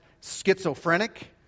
schizophrenic